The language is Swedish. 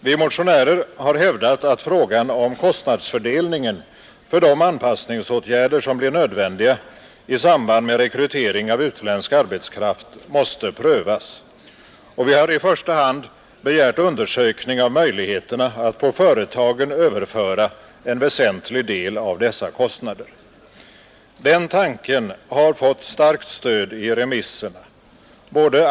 Vi motionärer har hävdat att frågan om kostnadsfördelningen för de anpassningsåtgärder som blir nödvändiga i samband med rekrytering av utländsk arbetskraft måste prövas, och vi hade i första hand begärt undersökning av möjligheterna att på företagen överföra en väsentlig del av dessa kostnader. Den tanken har fått starkt stöd i remissyttrandena.